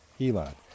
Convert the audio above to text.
Elon